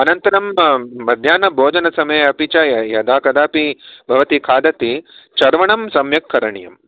अनन्तरं मध्याह्नभोजनसमये अपि च य यदा कदापि भवती खादति चर्वणं सम्यक् करणीयम्